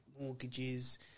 mortgages